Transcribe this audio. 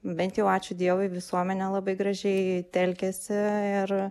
bent jau ačiū dievui visuomenė labai gražiai telkiasi ir